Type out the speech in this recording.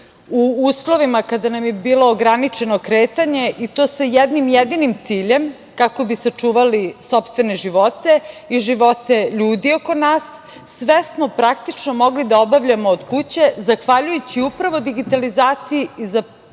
U uslovima kada nam je bilo ograničeno kretanje i to sa jednim jedinim ciljem, kako bi sačuvali sopstvene živote i živote ljudi oko nas, sve smo praktično mogli da obavljamo od kuće zahvaljujući upravo digitalizaciji i